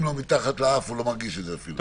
לו מתחת לאף והוא לא מרגיש את זה אפילו.